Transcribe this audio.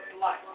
life